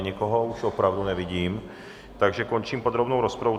Nikoho už opravdu nevidím, takže končím podrobnou rozpravu.